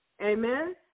Amen